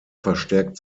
verstärkt